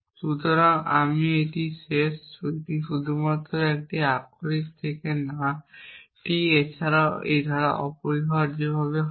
সুতরাং আমরা এটি শেষ এটি শুধুমাত্র একটি আক্ষরিক থেকে না T এছাড়াও ধারা অপরিহার্যভাবে হবে